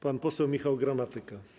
Pan poseł Michał Gramatyka.